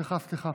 סליחה, סליחה.